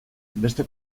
beste